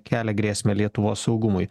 kelia grėsmę lietuvos saugumui